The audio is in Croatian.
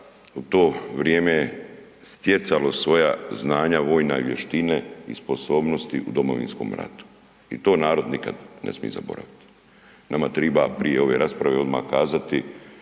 u to vrijeme stjecalo svoja znanja vojna i vještine i sposobnosti u Domovinskom ratu i to narod nikad ne smije zaboraviti. Nama triba prije ove rasprave odmah kazati